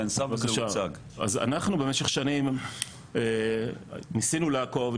אז אנחנו במשך שנים ניסינו לעקוב,